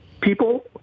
people